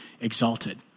exalted